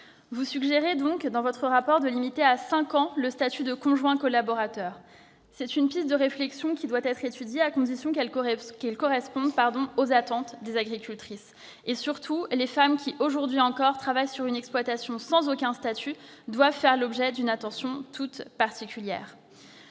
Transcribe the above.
Vous suggérez, dans votre rapport, de limiter à cinq ans la durée du statut de conjoint collaborateur. Cette piste de réflexion doit être étudiée à condition qu'elle corresponde aux attentes des agricultrices. Les femmes qui, aujourd'hui encore, travaillent sur une exploitation sans aucun statut doivent faire l'objet d'une attention toute particulière.